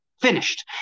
Finished